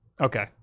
Okay